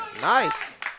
Nice